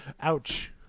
ouch